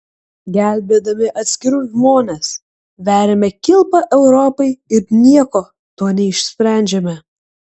gelbėdami atskirus žmones veriame kilpą europai ir nieko tuo neišsprendžiame